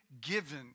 given